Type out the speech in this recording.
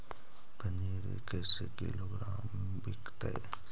पनिर कैसे किलोग्राम विकतै?